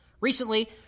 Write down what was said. recently